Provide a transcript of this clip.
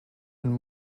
and